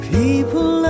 people